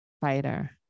fighter